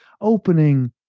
opening